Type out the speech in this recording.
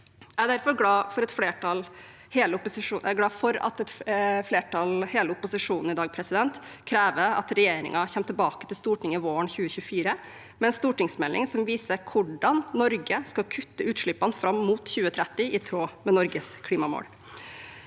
Jeg er derfor glad for at et flertall, hele opposisjonen, i dag krever at regjeringen kommer tilbake til Stortinget våren 2024 med en stortingsmelding som viser hvordan Norge skal kutte utslippene fram mot 2030 i tråd med Norges klimamål.